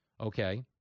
Okay